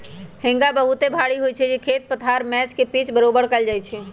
हेंगा बहुते भारी होइ छइ जे खेत पथार मैच के पिच बरोबर कएल जाइ छइ